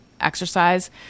exercise